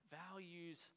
values